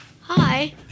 Hi